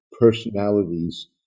personalities